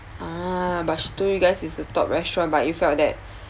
ah but she told you guys is a top restaurant but you felt that